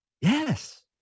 Yes